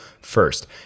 first